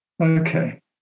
Okay